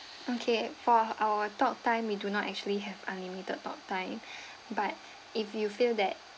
okay for our talk time we do not actually have unlimited talk time but if you feel that